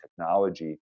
technology